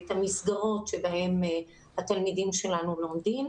ואת המסגרות בהן התלמידים שלנו לומדים.